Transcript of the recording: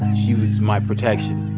she was my protection